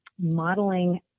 modeling